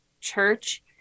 church